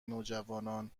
نوجوانان